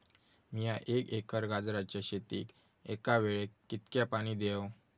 मीया एक एकर गाजराच्या शेतीक एका वेळेक कितक्या पाणी देव?